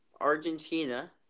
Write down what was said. Argentina